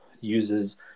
uses